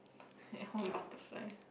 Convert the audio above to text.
and one butterfly